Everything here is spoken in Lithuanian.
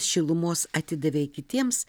šilumos atidavei kitiems